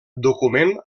document